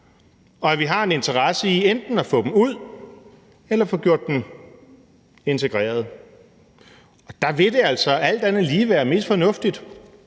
og at vi har en interesse i enten at få dem ud eller at få gjort dem integrerede. Og der vil det altså alt andet lige være mest fornuftigt,